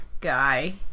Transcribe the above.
guy